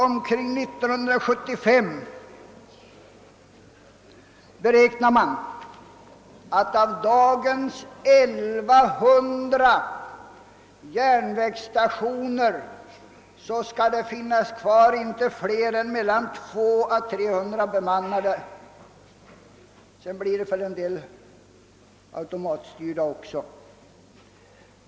Omkring 1975 beräknar man att det av dagens 1100 järnvägsstationer skall finnas kvar inte fler än 200—300 bemannade; därutöver blir det väl en del automatstyrda stationer.